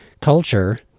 culture